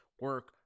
Work